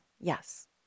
Yes